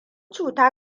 cuta